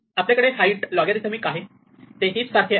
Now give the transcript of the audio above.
आपल्याकडे height logarithmic आहे ते हीप सारखे आहे